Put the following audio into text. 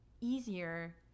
easier